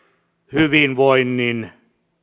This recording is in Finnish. hyvinvoinnin